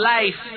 Life